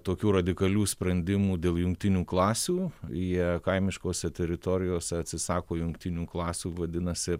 tokių radikalių sprendimų dėl jungtinių klasių jie kaimiškose teritorijose atsisako jungtinių klasių vadinasi